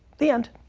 the end.